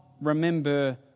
remember